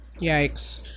Yikes